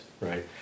right